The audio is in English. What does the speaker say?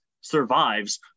survives